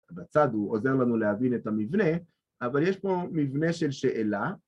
בצד הוא עוזר לנו להבין את המבנה, אבל יש פה מבנה של שאלה